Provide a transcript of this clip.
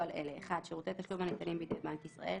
על אלה: (1)שירותי תשלום הניתנים בידי בנק ישראל,